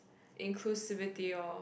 inclusivity orh